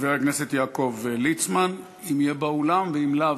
חבר הכנסת יעקב ליצמן, אם יהיה באולם, ואם לאו,